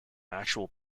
actual